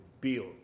build